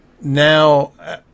now